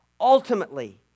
ultimately